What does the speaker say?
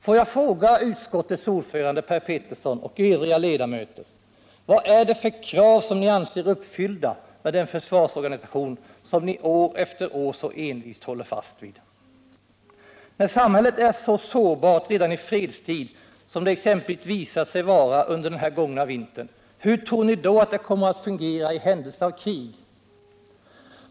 Får jag fråga utskottets ordförande Per Petersson och dess övriga ledamöter: Vad är det för krav som ni anser uppfyllda med den försvarsorganisation som ni år efter år så envist håller fast vid? När samhället är så sårbart redan i fredstid som det visat sig vara exempelvis under den gångna vintern, hur tror ni då det kommer att fungera i händelse av krig?